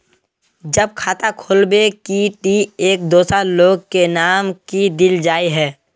जब खाता खोलबे ही टी एक दोसर लोग के नाम की देल जाए है?